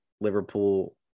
Liverpool